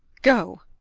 go,